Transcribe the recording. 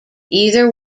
either